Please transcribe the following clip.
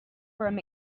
from